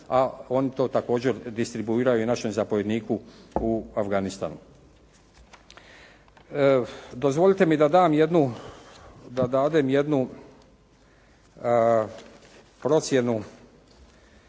a oni to također distribuiraju našem zapovjedniku u Afganistanu. Dozvolite mi da dam jednu procjenu,